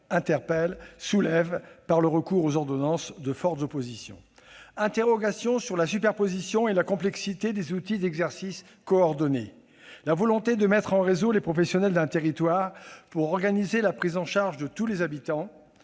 interpelle et soulève, du fait du recours aux ordonnances, de fortes oppositions. Il y a une interrogation sur la superposition et la complexité des outils d'exercice coordonné. La volonté de mettre en réseau les professionnels d'un territoire pour organiser la prise en charge de tous les habitants